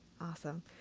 Awesome